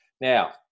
Now